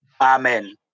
Amen